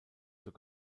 zur